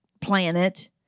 planet